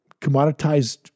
commoditized